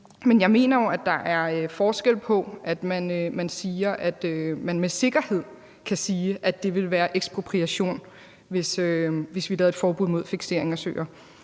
forhold til at man siger, at man med sikkerhed kan sige, at det vil være ekspropriation, hvis vi lavede et forbud mod fikseringen af søer.